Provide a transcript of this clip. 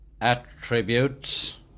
attributes